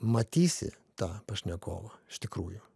matysi tą pašnekovą iš tikrųjų